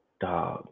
Dog